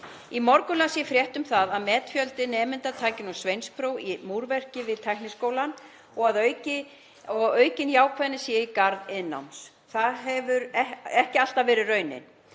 Í morgun las ég frétt um það að metfjöldi nemenda taki nú sveinspróf í múrverki við Tækniskólann og að aukin jákvæðni sé í garð iðnnáms. Það hefur ekki alltaf verið raunin.